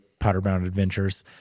powderboundadventures